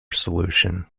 solution